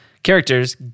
characters